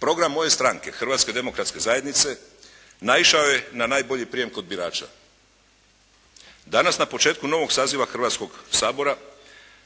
Program moje stranke Hrvatske demokratske zajednice naišao je na najbolji prijem kod birača. Danas na početku novog saziva Hrvatskoga sabora